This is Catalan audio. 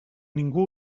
ningú